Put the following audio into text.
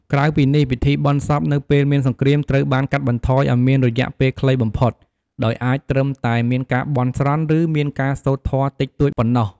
ក្រៅពីនេះ ពិធីបុណ្យសពនៅពេលមានសង្រ្គាមត្រូវបានកាត់បន្ថយឲ្យមានរយៈពេលខ្លីបំផុត ដោយអាចត្រឹមតែមានការបន់ស្រន់ ឬ មានការសូត្រធម៌តិចតួចប៉ុណ្ណោះ។